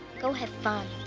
go have fun.